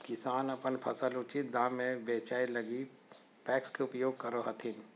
किसान अपन फसल उचित दाम में बेचै लगी पेक्स के उपयोग करो हथिन